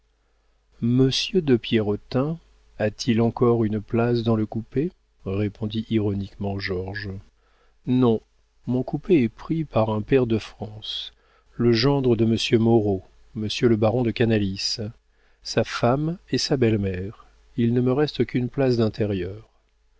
de pierrotin a-t-il encore une place dans le coupé répondit ironiquement georges non mon coupé est pris par un pair de france le gendre de monsieur moreau monsieur le baron de canalis sa femme et sa belle-mère il ne me reste qu'une place d'intérieur